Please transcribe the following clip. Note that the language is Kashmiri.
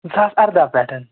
زٕ ساس اَرداہ پٮ۪ٹھ